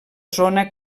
zona